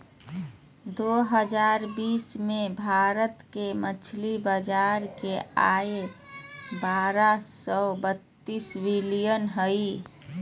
दो हजार बीस में भारत के मछली बाजार के आय बारह सो बतीस बिलियन हइ